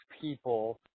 people